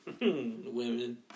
Women